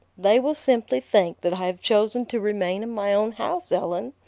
they will simply think that i have chosen to remain in my own house, ellen.